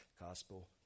gospel